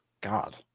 god